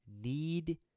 need